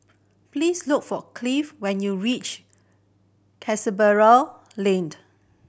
please look for Cliff when you reach Canberra